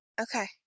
Okay